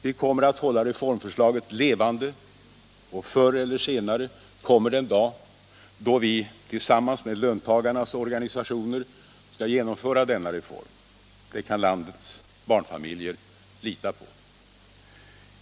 Vi kommer att hålla reformförslaget levande, och förr eller senare kommer den dag då vi tillsammans med löntagarnas organisationer skall genomföra denna reform — det kan landets barnfamiljer lita på.